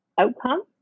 outcome